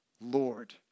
Lord